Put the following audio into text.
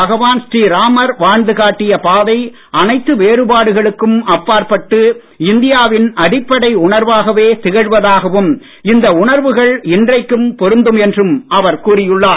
பகவான் ஸ்ரீராமர் வாழ்ந்து காட்டிய பாதை அனைத்து வேறு பாடுகளுக்கும் அப்பாற்பட்டு இந்தியாவின் அடிப்படை உணர்வாகவே திகழ்வதாகவும் இந்த உணர்வுகள் இன்றைக்கும் பொருந்தும் என்றும் அவர் கூறியுள்ளார்